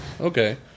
Okay